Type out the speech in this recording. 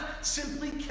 simply